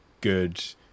good